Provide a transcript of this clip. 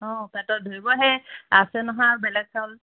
অ' পেটত ধৰিব সেই আছে নহয় আৰু বেলেগ চাউল